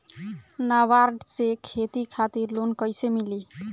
नाबार्ड से खेती खातिर लोन कइसे मिली?